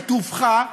בטובך,